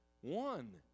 One